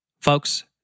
Folks